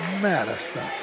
Madison